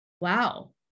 wow